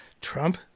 Trump